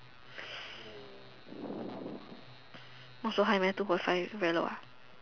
!wah! so high meh two point five very low ah